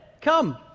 come